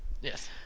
Yes